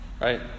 Right